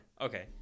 okay